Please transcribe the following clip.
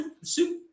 soup –